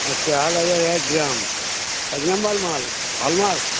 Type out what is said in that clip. আচ্ছা আট হাজার এক গ্রাম এক নম্বর মাল হলমার্ক